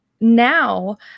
now